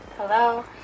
Hello